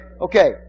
okay